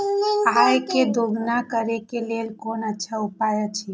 आय के दोगुणा करे के लेल कोन अच्छा उपाय अछि?